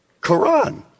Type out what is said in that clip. Quran